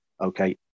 okay